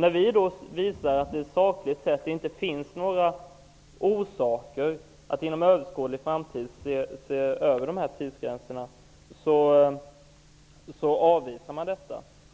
När vi visar att det sakligt sett inte finns några orsaker att inom överskådlig framtid se över dessa tidsgränser avvisar majoriten